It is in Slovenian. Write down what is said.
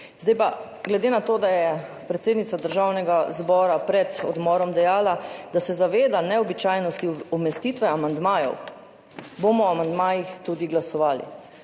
seji. Glede na to, da je predsednica Državnega zbora pred odmorom dejala, da se zaveda neobičajnosti umestitve amandmajev, bomo o amandmajih tudi glasovali.